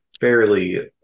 fairly